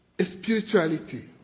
spirituality